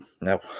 no